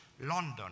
London